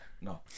no